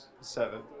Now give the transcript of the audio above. Seven